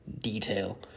detail